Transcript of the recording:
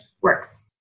works